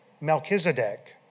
Melchizedek